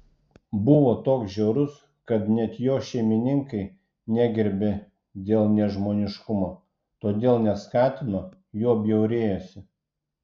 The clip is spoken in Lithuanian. buvo toks žiaurus kad net jo šeimininkai negerbė dėl nežmoniškumo todėl neskatino juo bjaurėjosi